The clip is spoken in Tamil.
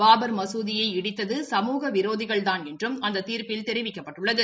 பாபர் மஞ்தியை இடித்தது சமூக விரோதிகள்தான் என்றும் அந்த தீழ்ப்பில் தெரிவிக்கப்பட்டுள்ளது